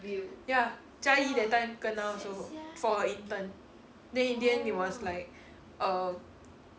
ya jia yi that time kena also for intern then in the end it was like err